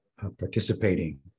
participating